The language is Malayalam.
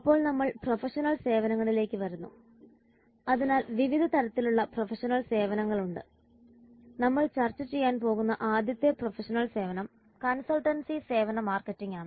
അപ്പോൾ നമ്മൾ പ്രൊഫഷണൽ സേവനങ്ങളിലേക്ക് വരുന്നു അതിനാൽ വിവിധ തരത്തിലുള്ള പ്രൊഫഷണൽ സേവനങ്ങൾ ഉണ്ട് നമ്മൾ ചർച്ച ചെയ്യാൻ പോകുന്ന ആദ്യത്തെ പ്രൊഫഷണൽ സേവനം കൺസൾട്ടൻസി സേവന മാർക്കറ്റിംഗാണ്